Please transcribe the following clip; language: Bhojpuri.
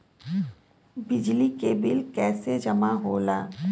बिजली के बिल कैसे जमा होला?